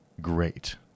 great